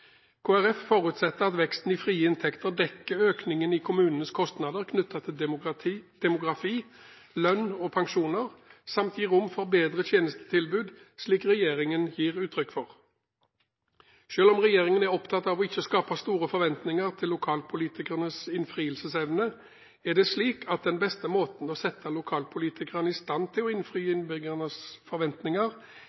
forutsetter at veksten i frie inntekter dekker økningen i kommunenes kostnader knyttet til demografi, lønn og pensjoner, samt gir rom for bedret tjenestetilbud, slik regjeringen gir uttrykk for. Selv om regjeringen er opptatt av ikke å skape store forventninger til lokalpolitikernes innfrielsesevne, er den beste måten å sette lokalpolitikerne i stand til å